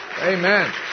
Amen